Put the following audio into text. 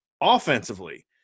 offensively